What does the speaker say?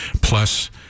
Plus